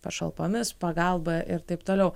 pašalpomis pagalba ir taip toliau